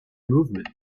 movement